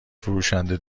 فروشنده